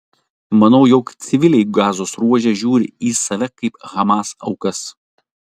manau jog civiliai gazos ruože žiūri į save kaip hamas aukas